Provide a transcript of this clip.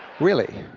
really.